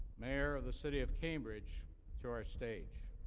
mayor of the city of cambridge to our stage.